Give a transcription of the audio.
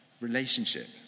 relationship